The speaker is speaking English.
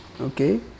okay